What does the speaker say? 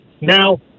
Now